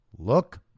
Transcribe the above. look